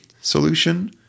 solution